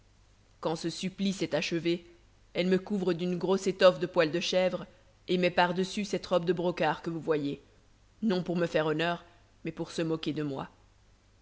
quand ce supplice est achevé elle me couvre d'une grosse étoffe de poil de chèvre et met par-dessus cette robe de brocard que vous voyez non pour me faire honneur mais pour se moquer de moi